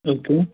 okay